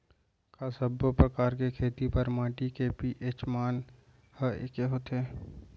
का सब्बो प्रकार के खेती बर माटी के पी.एच मान ह एकै होथे?